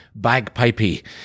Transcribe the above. bagpipey